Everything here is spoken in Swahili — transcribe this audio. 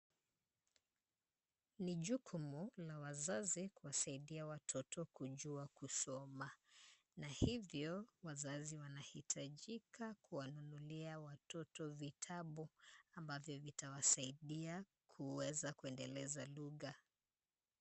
Ni jukumu la wazazi kuwasaidia watoto kujua kusoma. Na hivyo wazazi wanahitajika kuwanunulia watoto vitabu, ambavyo vitawasaidia kuweza kuendeleza lugha.